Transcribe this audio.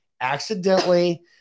accidentally